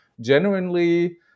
genuinely